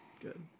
Good